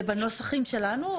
זה בנוסחים שלנו?